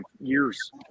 years